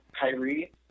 Kyrie